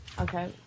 Okay